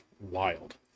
wild